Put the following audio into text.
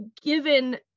given